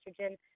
estrogen